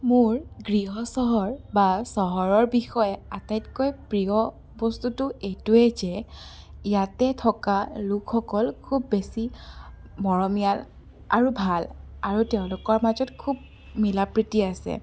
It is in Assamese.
মোৰ গৃহ চহৰ বা চহৰৰ বিষয়ে আটাইতকৈ প্ৰিয় বস্তুটো এইটোৱেই যে ইয়াতে থকা লোকসকল খুব বেছি মৰমিয়াল আৰু ভাল আৰু তেওঁলোকৰ মাজত খুব মিলাপ্ৰীতি আছে